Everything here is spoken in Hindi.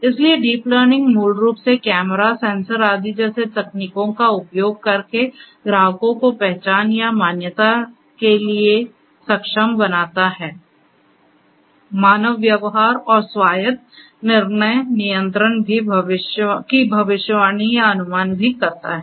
इसलिए डीप लर्निंग मूल रूप से कैमरा सेंसर आदि जैसी तकनीकों का उपयोग करके ग्राहकों को पहचान या मान्यता के लिए सक्षम बनाता है मानव व्यवहार और स्वायत्त निर्णय नियंत्रण की भविष्यवाणी या अनुमान भी करता है